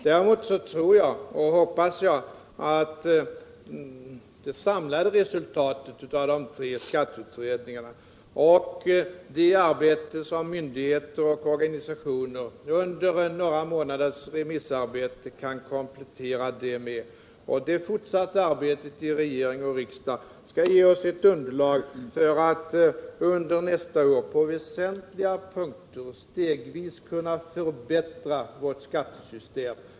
Däremot tror jag att det samlade resultatet av de tre skatteutredningarna tillsammans med det remissarbete som myndigheter och organisationer under några månader kan komplettera detta med och det fortsatta arbetet inom regering och riksdag skall ge oss ett underlag för att under nästa år på väsentliga punkter stegvis kunna förbättra vårt skattesystem.